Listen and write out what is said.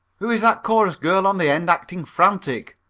who is that chorus girl on the end acting frantic?